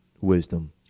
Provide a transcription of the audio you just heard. wisdom